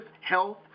health